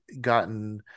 gotten